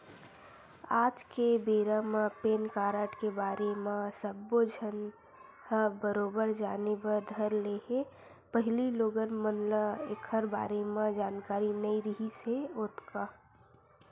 आज के बेरा म पेन कारड के बारे म सब्बो झन ह बरोबर जाने बर धर ले हे पहिली लोगन मन ल ऐखर बारे म जानकारी नइ रिहिस हे ओतका